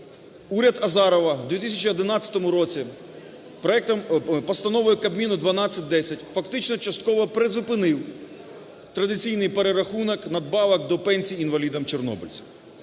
Уряд Азарова в 2011 році постановою Кабміну 1210 фактично частково призупинив традиційний перерахунок надбавок до пенсій інвалідам-чорнобильцям.